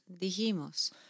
dijimos